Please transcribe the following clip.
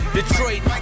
Detroit